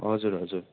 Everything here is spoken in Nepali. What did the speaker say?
हजुर हजुर